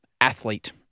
athlete